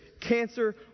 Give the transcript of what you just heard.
cancer